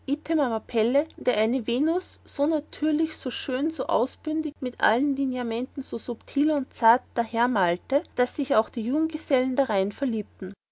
der eine venus so natürlich so schön so ausbündig und mit allen lineamenten so subtil und zart dahermalete daß sich auch die junggesellen darein verliebten